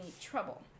trouble